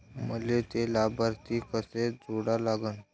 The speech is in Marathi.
मले थे लाभार्थी कसे जोडा लागन?